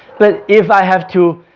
but if i have to